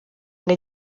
ngo